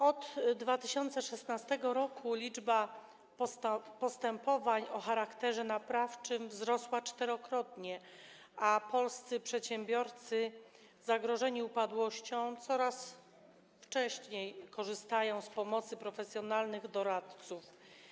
Od 2016 r. liczba postępowań o charakterze naprawczym wzrosła czterokrotnie, a polscy przedsiębiorcy zagrożeni upadłością coraz wcześniej korzystają z pomocy profesjonalnych doradców.